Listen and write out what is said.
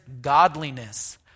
godliness